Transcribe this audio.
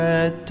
Red